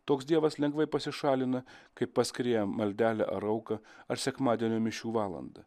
toks dievas lengvai pasišalina kaip paskiri jam maldelę ar auką ar sekmadienio mišių valandą